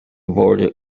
border